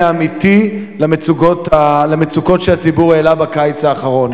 האמיתי למצוקות שהציבור העלה בקיץ האחרון,